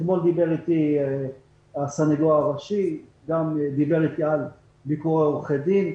אתמול דיבר איתי הסנגור הראשי והוא דיבר איתי גם על ביקורי עורכי דין.